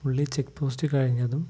മുള്ളി check post കഴിഞ്ഞതും